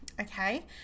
Okay